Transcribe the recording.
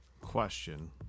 question